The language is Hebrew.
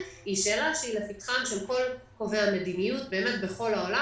היא שאלה לפתחם של כל קובעי המדיניות בכל העולם.